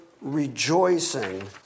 rejoicing